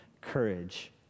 courage